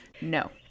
no